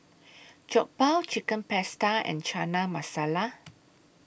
Jokbal Chicken Pasta and Chana Masala